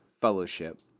fellowship